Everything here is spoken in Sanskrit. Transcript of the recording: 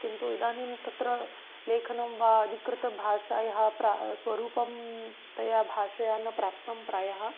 किन्तु इदानीं तत्र लेखनं वा अधिकृतभाषायाः प्रा स्वरूपं तया भाषया न प्राप्तं प्रायः